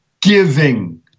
giving